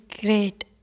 great